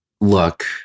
Look